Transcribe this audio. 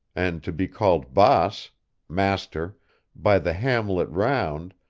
and to be called baas master by the hamlet round,